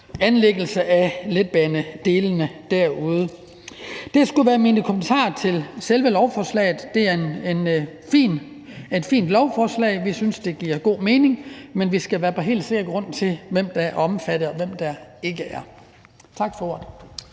anlæggelsen af letbanedelene der. Det skulle være mine kommentarer til selve lovforslaget. Det er et fint lovforslag. Vi synes, det giver god mening, men vi skal være på helt sikker grund, i forhold til hvem der er omfattet, og hvem der ikke er. Tak for ordet.